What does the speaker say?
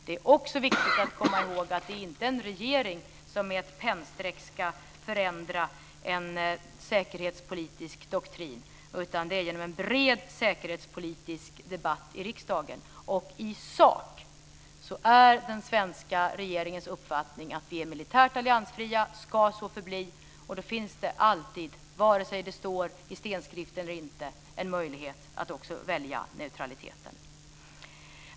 Det är också viktigt att komma ihåg att det inte är en regeringen som med ett pennstreck ska förändra en säkerhetspolitisk doktrin, utan det ska ske genom en bred säkerhetspolitisk debatt i riksdagen, och i sak är den svenska regeringens uppfattning att vi är militärt alliansfria och så ska förbli. Då finns det alltid, om det står i stenskrift eller inte, en möjlighet att också välja neutraliteten.